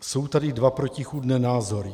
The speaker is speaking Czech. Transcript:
Jsou tady dva protichůdné názory.